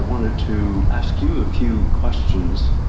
wanted to ask you a few questions.